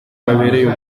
abereye